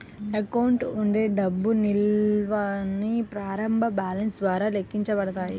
account ఉండే డబ్బు నిల్వల్ని ప్రారంభ బ్యాలెన్స్ ద్వారా లెక్కించబడతాయి